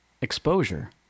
exposure